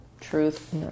truth